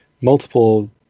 multiple